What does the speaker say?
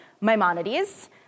Maimonides